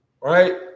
right